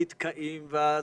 הנדכאים והקשישים,